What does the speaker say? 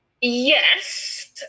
yes